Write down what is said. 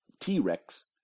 T-Rex